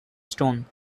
stone